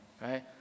Right